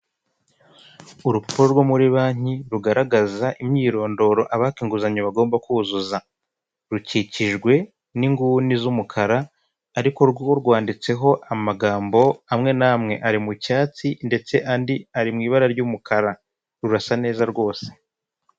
Urupapuro rwo muri banki rugaragaza imyirondoro abaka inguzanyo bagomba kuzuza rukikijwe n'inguni z'umukara ariko rwo rwanditseho amagambo amwe n'amwe ari mu cyatsi ndetse andi ari mu ibara ry'umukara rurasa neza rwose.